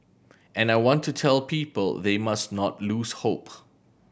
and I want to tell people they must not lose hope